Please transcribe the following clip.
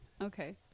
Okay